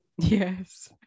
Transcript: Yes